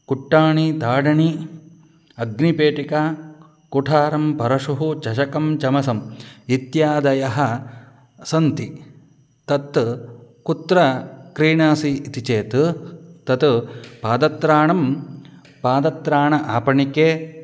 कुट्टाणि दाडणी अग्निपेटिका कुठारः परशुः चषकं चमसः इत्यादयः सन्ति तत् कुत्र क्रीणासि इति चेत् तत् पादत्राणं पादत्राणम् आपणे